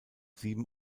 sieben